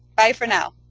bye for now.